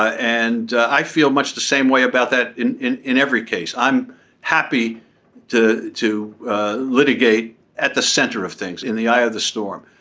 and i feel much the same way about that in in every case. i'm happy to to litigate at the center of things in the eye of the storm.